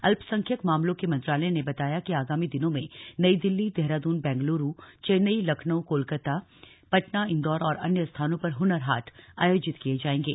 अल्पदसंख्यक मामलों के मंत्रालय ने बताया कि आगामी दिनों में नई दिल्ली देहरादून बेंगलुरू चेन्नई लखनऊ कोलकाता पटना इंदौर और अन्य स्थानों पर हुनर हाट आयोजित किए जाएंगे